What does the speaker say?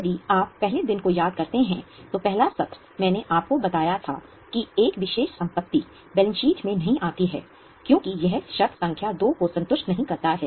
यदि आप पहले दिन को याद करते हैं तो पहला सत्र मैंने आपको बताया था कि एक विशेष संपत्ति बैलेंस शीट में नहीं आती है क्योंकि यह शर्त संख्या 2 को संतुष्ट नहीं करता है